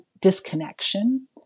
disconnection